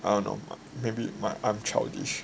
I don't know maybe I I'm childish